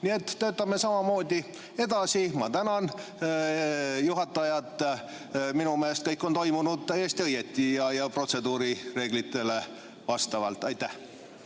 nii et töötame samamoodi edasi. Ma tänan juhatajat! Minu meelest kõik on toimunud täiesti õigesti ja protseduurireeglitele vastavalt. Aitäh!